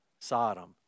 Sodom